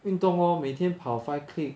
运动 lor 每天跑 five click